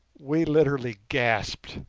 we literally gasped.